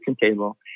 table